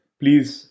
please